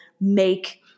make